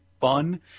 fun